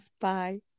Bye